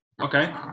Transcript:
Okay